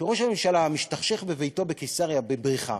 שראש הממשלה משתכשך בביתו בקיסריה בבריכה,